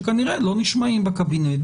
שכנראה לא נשמעים בקבינט.